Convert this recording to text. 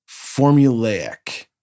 formulaic